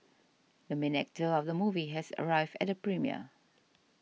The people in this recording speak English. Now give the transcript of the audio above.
the main actor of the movie has arrived at the premiere